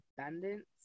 abundance